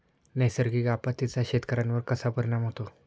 नैसर्गिक आपत्तींचा शेतकऱ्यांवर कसा परिणाम होतो?